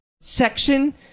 section